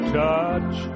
touch